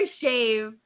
shave